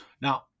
now